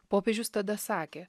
popiežius tada sakė